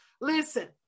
listen